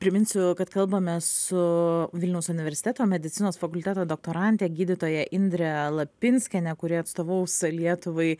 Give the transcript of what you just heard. priminsiu kad kalbamės su vilniaus universiteto medicinos fakulteto doktorante gydytoja indre lapinskiene kuri atstovaus lietuvai